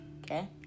okay